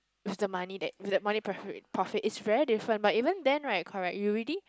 it's the money that it's the money profit profit it's very different but even then right correct you already